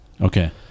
okay